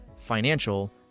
financial